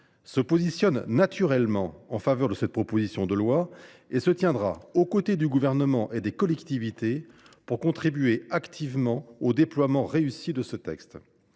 se positionne naturellement en faveur de cette proposition de loi et se tiendra aux côtés du Gouvernement et des collectivités pour contribuer activement au déploiement réussi de ce texte.